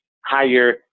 higher